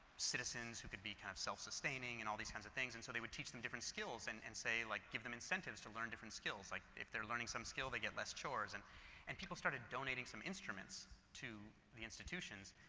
citizens who could be, kind of, self sustaining and all these kinds of things and so they would teach them different skills and and say, like, give them different incentives to learn different skills, like if they're learning some skill they get less chores. and and people started donating some instruments to the institutions,